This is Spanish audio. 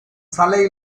sale